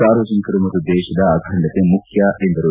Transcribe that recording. ಸಾರ್ವಜನಿಕರು ಮತ್ತು ದೇಶದ ಅಖಂಡತೆ ಮುಖ್ಯ ಎಂದರು